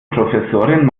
professorin